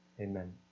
Amen